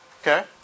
Okay